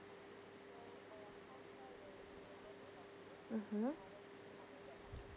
mmhmm